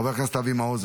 חבר הכנסת אבי מעוז,